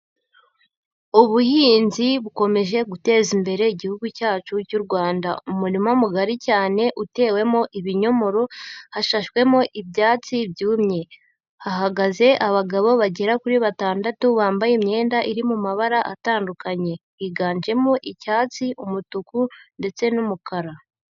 Ubuhinzi bukomeje guteza imbere Igihugu cyacu cy'u Rwanda. Umurima mugari cyane utewemo ibinyomoro, hashashwemo ibyatsi byumye. Hahagaze abagabo bagera kuri batandatu bambaye imyenda iri mu mabara atandukanye. Higanjemo icyatsi, umutuku ndetse n'umukara.